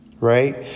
Right